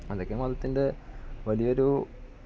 അതൊക്കെ മതത്തിൻ്റെ വലിയൊരു